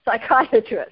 psychiatrist